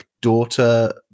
daughter